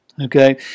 okay